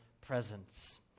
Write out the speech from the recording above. presence